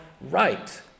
right